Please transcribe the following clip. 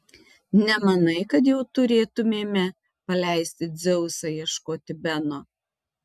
nemanai kad jau turėtumėme paleisti dzeusą ieškoti beno